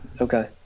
Okay